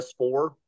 S4